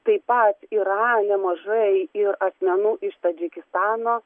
taip pat yra nemažai ir asmenų iš tadžikistano